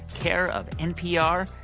care of npr,